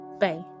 Bye